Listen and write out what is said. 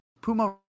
Puma